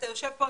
אתה יושב פה,